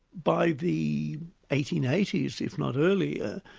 by the eighteen eighty s if not earlier,